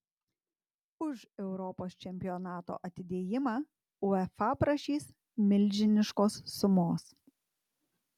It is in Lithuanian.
už europos čempionato atidėjimą uefa prašys milžiniškos sumos